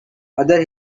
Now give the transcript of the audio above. other